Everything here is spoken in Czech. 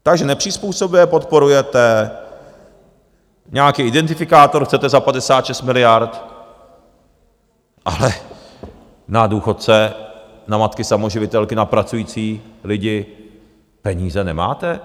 Takže nepřizpůsobivé podporujete, nějaký identifikátor chcete za 56 miliard, ale na důchodce, na matky samoživitelky, na pracující lidi peníze nemáte?